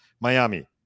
Miami